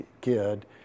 kid